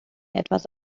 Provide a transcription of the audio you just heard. etwas